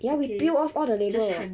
ya we peeled off all the label